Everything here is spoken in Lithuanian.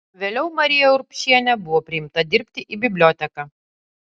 vėliau marija urbšienė buvo priimta dirbti į biblioteką